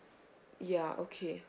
ya okay